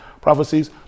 prophecies